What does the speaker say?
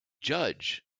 judge